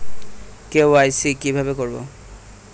KYC কিভাবে করব?